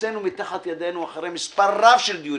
הוצאנו מתחת ידינו אחרי מספר רב של דיונים,